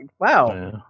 wow